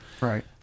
Right